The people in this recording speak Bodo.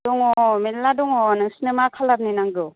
दङ मेरला दङ नोंसोरनो मा कालारनि नांगौ